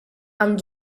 amb